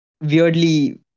weirdly